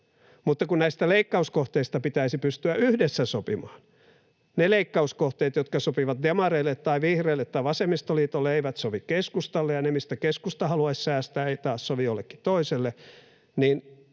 Mutta kun näistä leikkauskohteista pitäisi pystyä yhdessä sopimaan. Ne leikkauskohteet, jotka sopivat demareille tai vihreille tai vasemmistoliitolle, eivät sovi keskustalle, ja ne, mistä keskusta haluaisi säästää, eivät taas sovi jollekin toiselle,